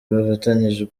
bafatanyije